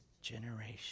generation